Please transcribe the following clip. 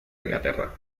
inglaterra